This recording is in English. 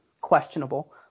questionable